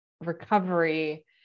recovery